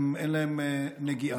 אין להם נגיעה.